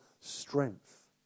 strength